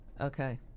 Okay